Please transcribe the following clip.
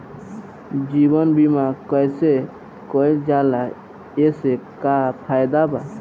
जीवन बीमा कैसे कईल जाला एसे का फायदा बा?